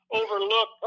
overlook